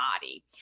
body